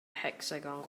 hecsagon